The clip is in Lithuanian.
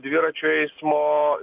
dviračių eismo ir